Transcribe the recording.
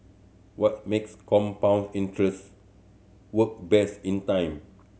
what makes compound interest work best in time